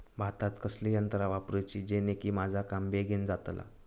भातात कसली यांत्रा वापरुची जेनेकी माझा काम बेगीन जातला?